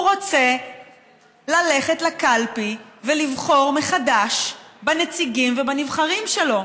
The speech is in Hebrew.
הוא רוצה ללכת לקלפי ולבחור מחדש בנציגים ובנבחרים שלו.